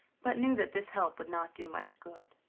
but knew that this help would not do much good.